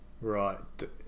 Right